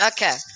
Okay